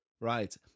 right